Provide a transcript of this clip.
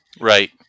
Right